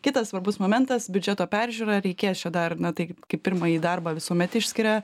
kitas svarbus momentas biudžeto peržiūra reikės čia dar na tai kaip pirmąjį darbą visuomet išskiria